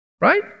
right